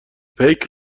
پیک